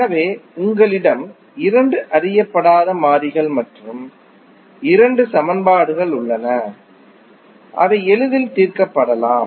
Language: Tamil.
எனவே உங்களிடம் இரண்டு அறியப்படாத மாறிகள் மற்றும் இரண்டு சமன்பாடுகள் உள்ளன அவை எளிதில் தீர்க்கப்படலாம்